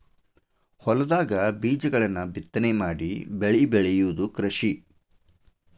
ಹೊಲದಾಗ ಬೇಜಗಳನ್ನ ಬಿತ್ತನೆ ಮಾಡಿ ಬೆಳಿ ಬೆಳಿಯುದ ಕೃಷಿ